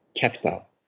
capital